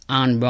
on